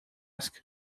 task